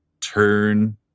turn